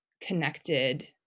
connected